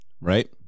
Right